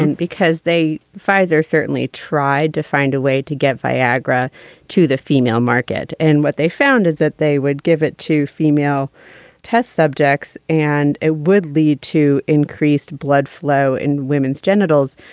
and because they pfizer certainly tried to find a way to get viagra to the female market. and what they found is that they would give it to female test subjects and it would lead to increased blood flow in women's genitals.